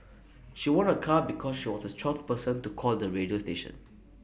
she won A car because she was this twelfth person to call the radio station